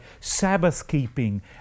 Sabbath-keeping